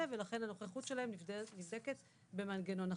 ולכן הנוכחות שלהם נבדקת במנגנון אחר.